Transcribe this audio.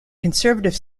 conservative